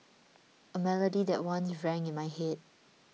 a melody that once rang in my head